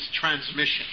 transmission